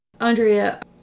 Andrea